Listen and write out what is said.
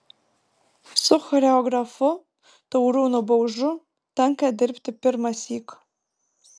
su choreografu taurūnu baužu tenka dirbti pirmąsyk